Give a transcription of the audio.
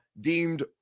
deemed